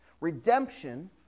Redemption